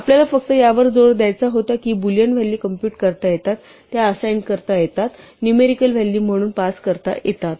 आपल्याला फक्त यावर जोर द्यायचा होता की बूलियन व्हॅलू कॉम्पुट करता येतात त्या असाइन करत येतात नुमेरिकेल व्हॅल्यू म्हणून पास करता येतात